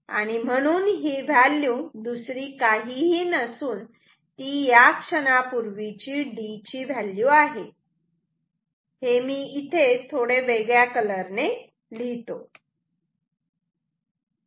आणि म्हणून ही व्हॅल्यू दुसरी काहीही नसून ती या क्षणापूर्वी चि D ची व्हॅल्यू आहे ते मी इथे वेगळ्या कलर ने लिहितो